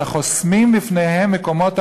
אלא חוסמים בפניהם מקומות עבודה.